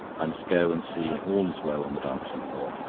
i must go and see if all is well on the dancing-floor.